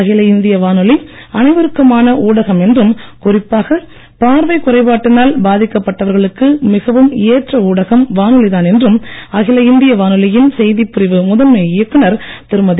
அகில இந்திய வானொலி அனைவருக்கான ஊடகம் என்றும் குறிப்பாக பார்வை குறைபாட்டினால் பாதிக்கப் பட்டவர்களுக்கு மிகவும் ஏற்ற ஊடகம் வானொலிதான் என்றும் அகில இந்திய வானொலியின் செய்திப்பிரிவு முதன்மை இயக்குனர் திருமதி